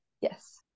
yes